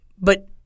but-